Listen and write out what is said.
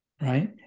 right